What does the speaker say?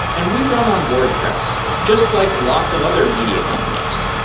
and we run on wordpress just like lots of other media companies,